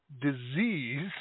disease